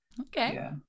Okay